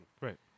Right